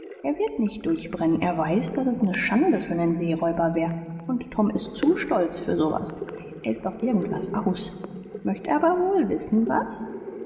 er wird nicht durchbrennen er weiß daß es ne schande für nen seeräuber wär und tom ist zu stolz für so was er ist auf irgend was aus möcht aber wohl wissen was